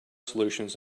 solutions